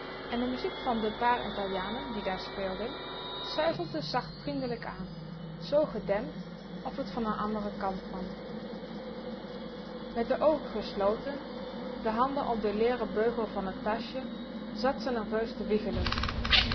en de muziek van de paar italianen die daar speelden suizelde zacht vriendelijk aan zoo gedempt of t van n anderen kant kwam met r oogen gesloten de handen om de leeren beugel van t taschje zat ze nerveus te wiegelen